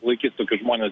laikys tokius žmones